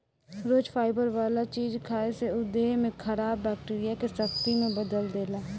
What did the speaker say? रोज fibre वाला चीज खाए से उ देह में खराब बैक्टीरिया के शक्ति में बदल देला